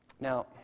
Now